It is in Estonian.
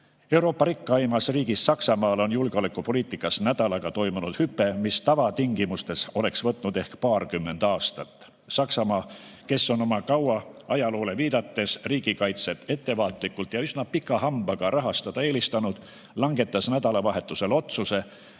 Euroopa rikkaimas riigis, Saksamaal, on julgeolekupoliitikas nädalaga toimunud hüpe, mis tavatingimustes oleks võtnud ehk paarkümmend aastat. Saksamaa, kes on kaua oma ajaloole viidates riigikaitset ettevaatlikult ja üsna pika hambaga rahastada eelistanud, langetas nädalavahetusel otsuse,